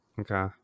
Okay